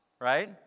right